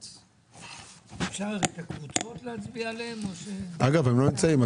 אגב, הם לא נמצאים.